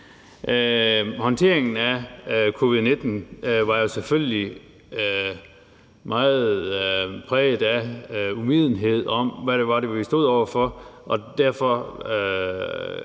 Håndteringen af covid-19 var selvfølgelig meget præget af uvidenhed om, hvad det var, vi stod over for, og derfor